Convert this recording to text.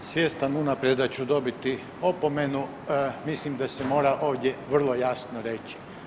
Svjestan unaprijed da ću dobiti opomenu mislim da se mora ovdje vrlo jasno reći.